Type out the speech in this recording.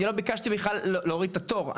אני לא ביקשתי בכלל להוריד את התור,